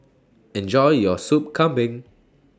Enjoy your Sup Kambing